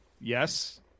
Yes